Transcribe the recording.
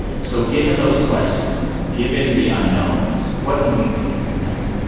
so given those questions, given the unknowns, what do we think happens next?